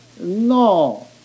No